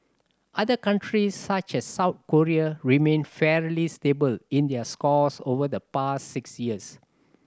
other countries such as South Korea remained fairly stable in their scores over the past six years